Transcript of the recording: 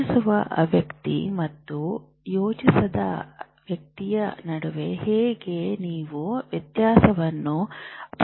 ಯೋಚಿಸುವ ವ್ಯಕ್ತಿ ಮತ್ತು ಯೋಚಿಸದ ವ್ಯಕ್ತಿಯ ನಡುವೆ ನೀವು ಹೇಗೆ ವ್ಯತ್ಯಾಸವನ್ನು ತೋರಿಸಬಹುದು